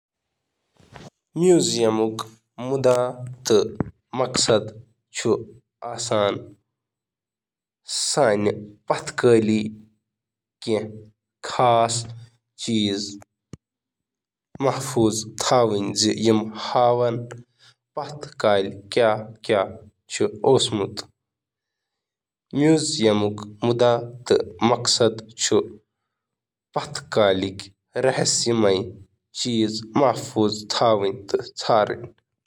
عجائب گھرن ہنٛد مقصد چُھ روایتی چیزن ہنٛز حفاظت کرنس منٛز مدد کران۔